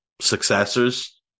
successors